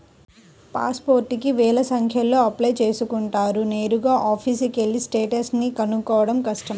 pass పోర్టుకి వేల సంఖ్యలో అప్లై చేసుకుంటారు నేరుగా ఆఫీసుకెళ్ళి స్టేటస్ ని కనుక్కోడం కష్టం